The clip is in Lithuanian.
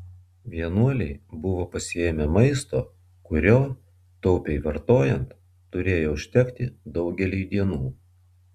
vienuoliai buvo pasiėmę maisto kurio taupiai vartojant turėjo užtekti daugeliui dienų